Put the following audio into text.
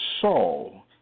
Saul